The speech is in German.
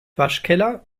waschkeller